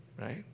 right